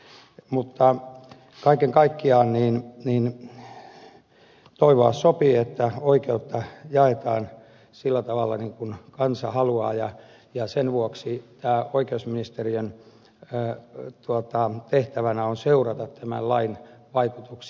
mutta kaiken kaikkiaan toivoa sopii että oikeutta jaetaan sillä tavalla kuin kansa haluaa ja sen vuoksi oikeusministeriön tehtävänä on seurata tämän lain vaikutuksia